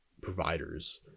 providers